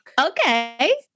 Okay